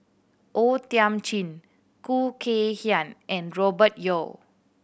O Thiam Chin Khoo Kay Hian and Robert Yeo